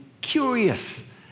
curious